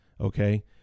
okay